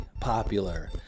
popular